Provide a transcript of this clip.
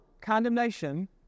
condemnation